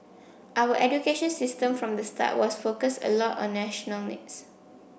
our education system from the start was focused a lot on national needs